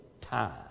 time